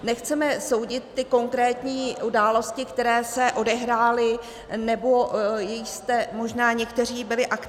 Nechceme soudit ty konkrétní události, které se odehrály nebo jichž jste možná někteří byli aktéři.